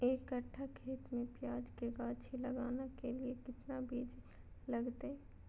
एक कट्ठा खेत में प्याज के गाछी लगाना के लिए कितना बिज लगतय?